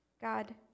God